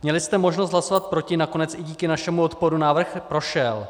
Měli jste možnost hlasovat proti, nakonec i díky našemu odporu návrh prošel.